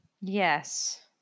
Yes